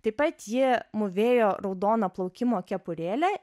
taip pat ji mūvėjo raudoną plaukimo kepurėlę